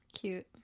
cute